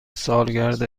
سالگرد